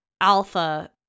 alpha